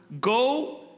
Go